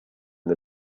the